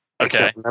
Okay